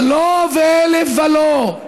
ולא ואלף ולא,